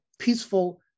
peaceful